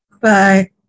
Bye